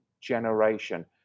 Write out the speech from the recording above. generation